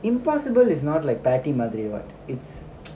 impossible is not like patty மாதிரிலா:mathirila [what] it's